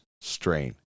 Strain